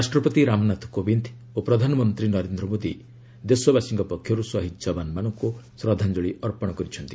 ରାଷ୍ଟ୍ରପତି ରାମନାଥ କୋବିନ୍ଦ ଓ ପ୍ରଧାନମନ୍ତ୍ରୀ ନରେନ୍ଦ୍ର ମୋଦୀ ଦେଶବାସୀଙ୍କ ପକ୍ଷରୁ ସହିଦ ଯବାନମାନଙ୍କୁ ଶ୍ରଦ୍ଧାଞ୍ଜଳୀ ଅର୍ପଣ କରିଛନ୍ତି